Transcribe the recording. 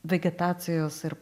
vegetacijos ir